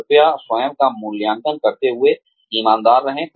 कृपया स्वयं का मूल्यांकन करते हुए ईमानदार रहें